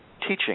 teaching